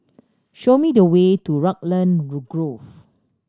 show me the way to Raglan Grove